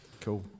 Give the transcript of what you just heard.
Cool